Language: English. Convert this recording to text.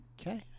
Okay